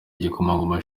igikomangoma